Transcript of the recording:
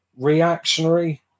reactionary